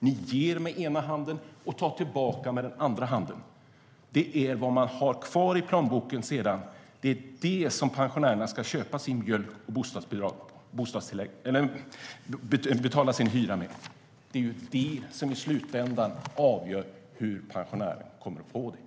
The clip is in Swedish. Ni ger med den ena handen och tar tillbaka med den andra. Det är vad pensionärerna har kvar i plånboken, som de ska köpa sin mjölk för och betala sin hyra med, som i slutänden avgör hur den enskilde pensionären kommer att få det.